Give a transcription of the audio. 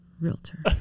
Realtor